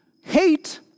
Hate